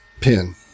pin